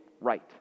right